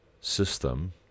system